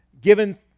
given